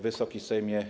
Wysoki Sejmie!